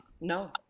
No